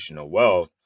wealth